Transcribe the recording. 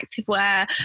activewear